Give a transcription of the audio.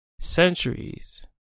Centuries